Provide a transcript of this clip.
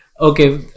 Okay